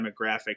demographic